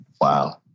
Wow